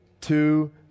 two